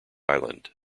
island